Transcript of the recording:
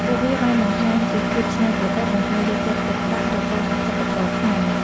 ពួកវាបានបង្ហាញពីភាពច្នៃប្រឌិត និងការយកចិត្តទុកដាក់របស់សិប្បករខ្មែរ។